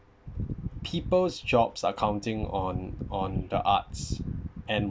people's jobs are counting on on the arts and